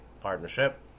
partnership